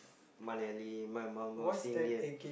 my mum was Indian